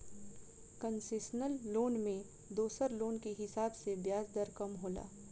concessional loan में दोसर loan के हिसाब से ब्याज दर कम होला